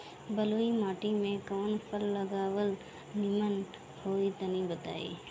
बलुई माटी में कउन फल लगावल निमन होई तनि बताई?